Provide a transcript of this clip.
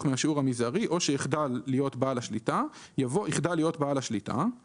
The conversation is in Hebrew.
מהשיעור המזערי או שיחדל להיות בעל השליטה" יבוא "יחדל להיות בעל שליטה";